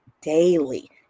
daily